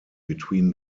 between